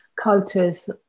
cultures